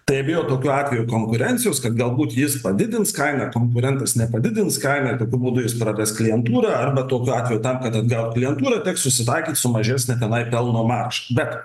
tai bijo tokiu atveju konkurencijos kad galbūt jis padidins kainą konkurentas nepadidins kainą tokiu būdu jis praras klientūrą arba tokiu atveju tam kad atgaut klientūrą teks susitaikyti su mažesne tenai pelno marža bet